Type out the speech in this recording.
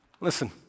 Listen